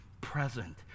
present